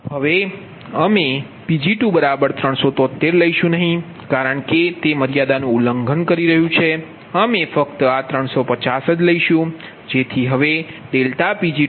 હવે અમે Pg2373 લઈશું નહીં કારણ કે તે મર્યાદાનું ઉલ્લંઘન કરી રહી છે અમે ફક્ત આ 350 લઈશું